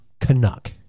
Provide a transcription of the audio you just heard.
canuck